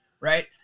right